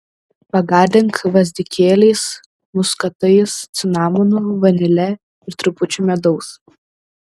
pagardink gvazdikėliais muskatais cinamonu vanile ir trupučiu medaus